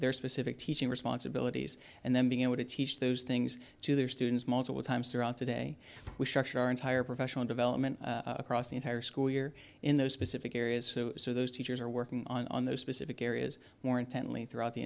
their specific teaching responsibilities and then being able to teach those things to their students multiple times throughout the day we structure our entire professional development across the entire school year in those specific areas so those teachers are working on those specific areas more intently throughout the